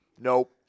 Nope